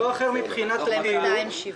יש להם 270 עובדים.